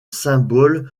symbole